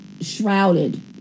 shrouded